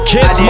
Kiss